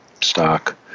stock